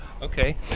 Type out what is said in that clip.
Okay